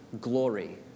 glory